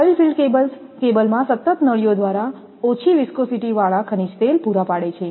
oilfield cables કેબલમાં સતત નળીઓ દ્વારા ઓછી વીસ્કોસીટીવાળા ખનિજ તેલ પૂરા પાડે છે